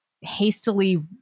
hastily